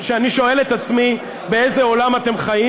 ואני שואל את עצמי באיזה עולם אתם חיים